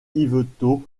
yvetot